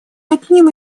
одним